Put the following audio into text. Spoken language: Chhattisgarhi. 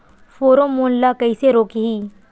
फेरोमोन ला कइसे रोकही?